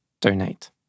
donate